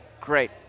Great